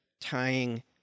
tying